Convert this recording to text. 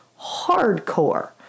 Hardcore